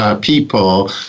People